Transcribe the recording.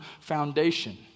foundation